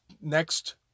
Next